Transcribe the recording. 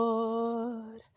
Lord